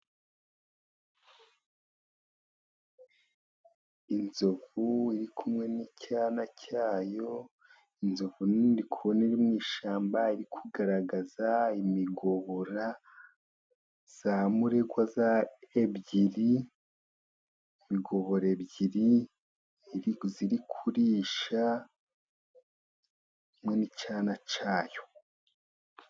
inzovu iri kumwe n'icyana cyayo inzovu nini iri kurusha mu ishyamba iri kugaragaza imigobora za muregwa ebyiri imigobora ebyiri iri kurisha hamwe n'icyana cyayo.